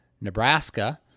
Nebraska